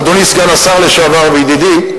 אדוני סגן השר לשעבר וידידי,